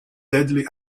deadly